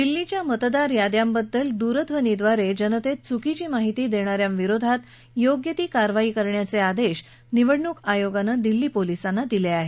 दिल्लीच्या मतदार याद्यांबद्दल दूरध्वनीद्वारे जनतेत चुकीची माहिती देणा यांविरोधात योग्य ती कारवाई करण्याचे आदेश निवडणूक आयोगानं दिल्ली पोलीसांना दिले आहेत